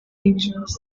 angels